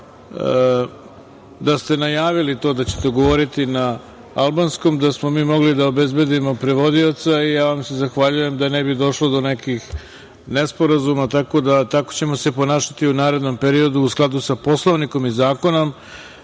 da ste najavili to da ćete govoriti na albanskom da smo mi mogli da obezbedimo prevodioca i ja vam se zahvaljujem da ne bi došlo do nekih nesporazuma. Dakle, tako ćemo se ponašati u narednom periodu u skladu sa Poslovnikom i zakonom.